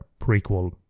prequel